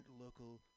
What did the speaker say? local